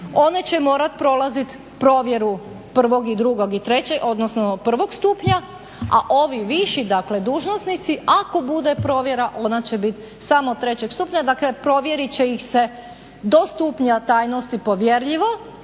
One će morat prolazit provjeru prvog stupnja, a ovi viši dužnosnici ako bude provjera ona će bit samo trećeg stupnja, dakle provjerit će ih se do stupnja tajnosti povjerljivo,